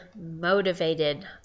motivated